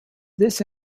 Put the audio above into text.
this